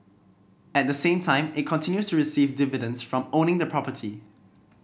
at the same time it continues to receive dividends from owning the property